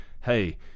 hey